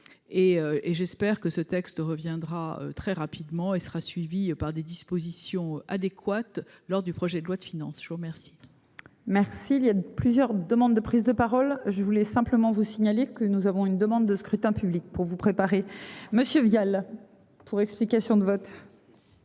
Et j'espère que ce texte ne reviendra très rapidement et sera suivie par des dispositions adéquates lors du projet de loi de finances, je vous remercie. Merci. Il y a eu plusieurs demandes de prise de parole. Je voulais simplement vous signaler que nous avons une demande de scrutin public pour vous préparer. Monsieur Vial pour explication de vote.